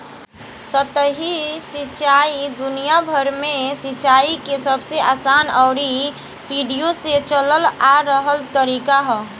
सतही सिंचाई दुनियाभर में सिंचाई के सबसे आसान अउरी पीढ़ियो से चलल आ रहल तरीका ह